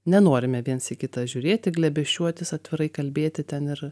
nenorime viens į kitą žiūrėti glėbesčiuotis atvirai kalbėti ten ir